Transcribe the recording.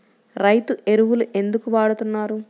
రైతు ఎరువులు ఎందుకు వాడుతున్నారు?